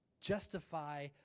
justify